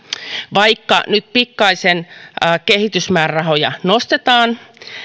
vaikka nyt pikkaisen kehitysmäärärahoja nostetaan